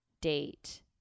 date